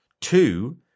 two